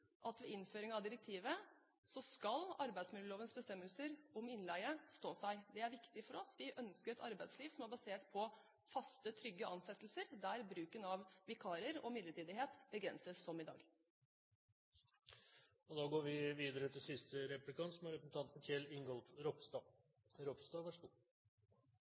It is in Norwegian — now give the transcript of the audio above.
at ved innføringen av direktivet skal arbeidsmiljølovens bestemmelser om innleie stå seg. Det er viktig for oss. Vi ønsker et arbeidsliv som er basert på faste, trygge ansettelser, der bruken av vikarer og midlertidighet begrenses, som i dag. Kristelig Folkeparti deler representanten Trettebergstuens syn på at vi